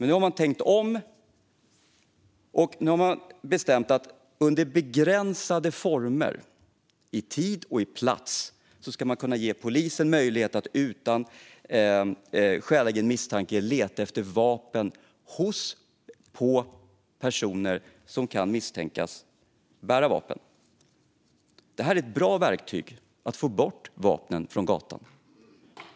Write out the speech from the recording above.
Nu har man tänkt om och bestämt att man under begränsade former i tid och i plats ska kunna ge polisen möjlighet att utan skälig misstanke leta efter vapen hos och på personer som kan misstänkas bära vapen. Det här är ett bra verktyg för att få bort vapnen från gatan.